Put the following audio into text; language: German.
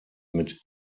mit